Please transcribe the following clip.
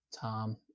Tom